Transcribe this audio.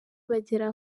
bagera